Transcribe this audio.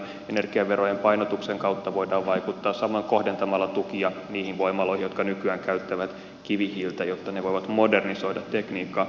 energiaverojen painotuksen kautta voidaan vaikuttaa samoin kohdentamalla tukia niihin voimaloihin jotka nykyään käyttävät kivihiiltä jotta ne voivat modernisoida tekniikkaa